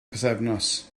pythefnos